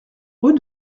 rue